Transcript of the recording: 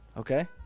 Okay